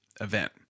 event